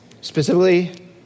specifically